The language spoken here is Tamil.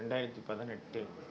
ரெண்டாயிரத்தி பதினெட்டு